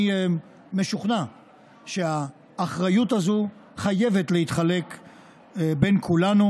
אני משוכנע שהאחריות הזו חייבת להתחלק בין כולנו,